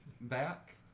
back